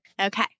Okay